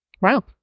wow